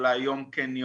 אולי יום כן,